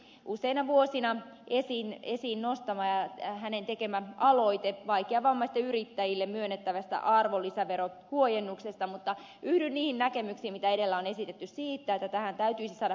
lintilän ansiokkaasti useina vuosina esiin nostama ja hänen tekemänsä aloite vaikeavammaisille yrittäjille myönnettävästä arvonlisäverohuojennuksesta mutta yhdyn niihin näkemyksiin mitä edellä on esitetty siitä että tähän täytyisi saada pysyvä ratkaisu